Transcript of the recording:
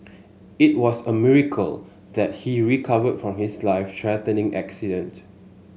it was a miracle that he recovered from his life threatening accident